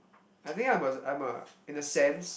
I think I'm a I'm a in a sense